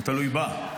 הוא תלוי בה.